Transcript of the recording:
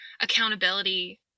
accountability